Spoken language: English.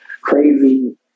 crazy